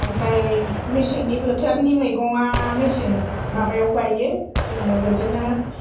आमफ्राय मेसेंनि बोथोरनि मैगंआ मेसें माबायाव गाययो जोङो बिदिनो